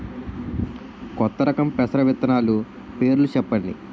కొత్త రకం పెసర విత్తనాలు పేర్లు చెప్పండి?